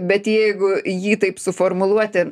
bet jeigu jį taip suformuluoti